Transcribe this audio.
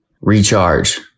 recharge